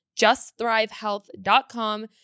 justthrivehealth.com